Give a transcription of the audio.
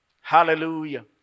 Hallelujah